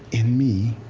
in me,